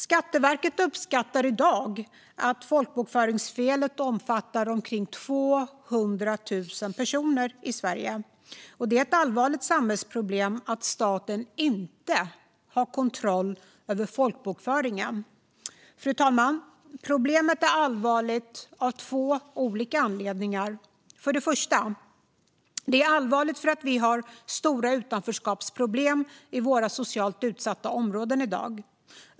Skatteverket uppskattar i dag att folkbokföringsfelet omfattar omkring 200 000 personer i Sverige. Det är ett allvarligt samhällsproblem att staten inte har kontroll över folkbokföringen. Fru talman! Problemet är allvarligt av två olika anledningar. För det första är det allvarligt för att vi har stora utanförskapsproblem i våra socialt utsatta områden i dag.